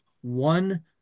one